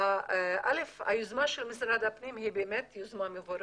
א' היוזמה של משרד הפנים היא באמת יוזמה מבורכת,